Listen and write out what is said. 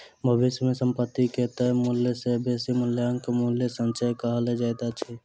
भविष्य मे संपत्ति के तय मूल्य सॅ बेसी मूल्यक मूल्य संचय कहल जाइत अछि